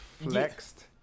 flexed